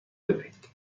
بدهید